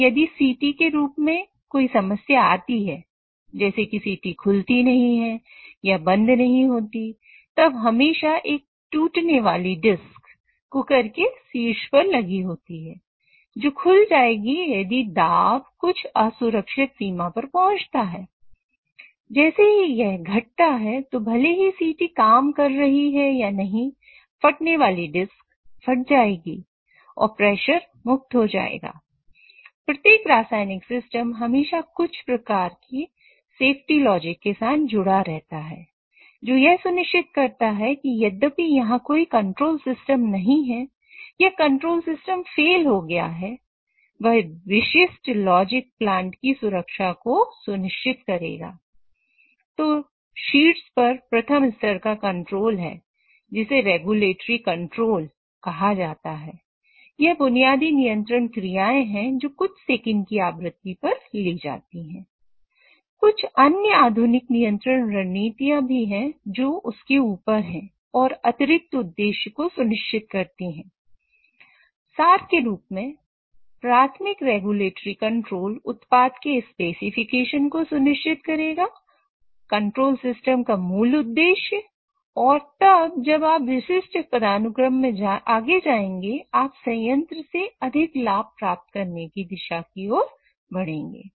तो यदि सिटी के रूप में कोई समस्या आती है जैसे कि सिटी खुलती नहीं है या बंद नहीं होती तब हमेशा एक टूटने वाली डिस्क का मूल उद्देश्य और तब जब आप विशिष्ट पदानुक्रम में आगे जाएंगे आप संयंत्र से अधिक लाभ प्राप्त करने दिशा की ओर बढ़ेंगे